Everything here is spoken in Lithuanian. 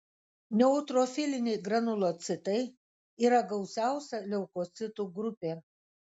neutrofiliniai granulocitai yra gausiausia leukocitų grupė